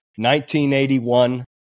1981